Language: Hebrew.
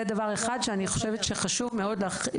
זה דבר אחד שאני חושבת שחשוב מאוד לקרוא